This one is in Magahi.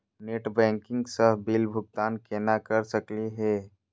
नेट बैंकिंग स बिल भुगतान केना कर सकली हे?